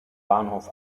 bahnhof